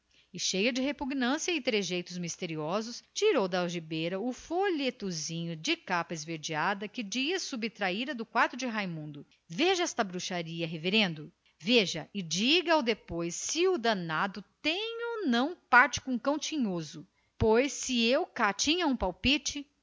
cheia de repugnância e trejeitos misteriosos sacou da algibeira da saia o folhetinho de capa verde que dias subtraíra da gaveta de raimundo veja esta bruxaria reverendo veja e diga ao depois se o danado tem ou não parte com o cão tinhoso pois se eu cá sentia um palpite